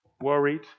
worried